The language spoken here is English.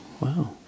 wow